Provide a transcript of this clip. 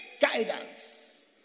guidance